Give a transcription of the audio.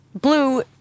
Blue